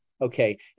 okay